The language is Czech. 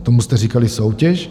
Tomu jste říkali soutěž?